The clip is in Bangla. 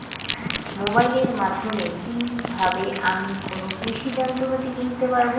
মোবাইলের মাধ্যমে কীভাবে আমি কোনো কৃষি যন্ত্রপাতি কিনতে পারবো?